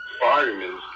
firemen